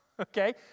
Okay